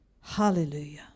Hallelujah